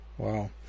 Wow